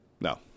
No